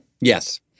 Yes